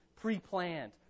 pre-planned